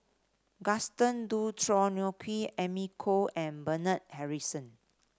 Gaston Dutronquoy Amy Khor and Bernard Harrison